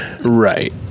right